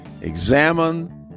Examine